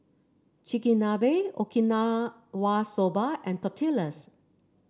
Chigenabe Okinawa Soba and Tortillas